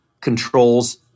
controls